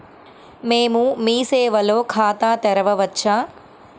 మేము మీ సేవలో ఖాతా తెరవవచ్చా?